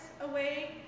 away